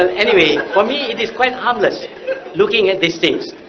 and anyway for me, it is quite harmless looking at these things.